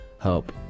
help